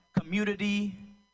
community